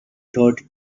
thought